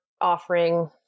offering